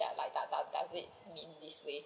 does does it mean this way